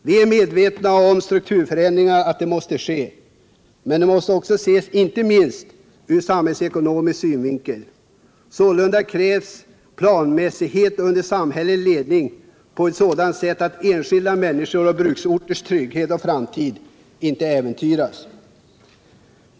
Vi är medvetna om att strukturförändringar måste ske, men de måste ses inte minst ur samhällsekonomisk synvinkel. Sålunda krävs planmässighet under samhällets ledning på ett sådant sätt att enskilda människors och bruksorters trygghet och framtid inte äventyras.